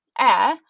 air